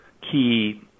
key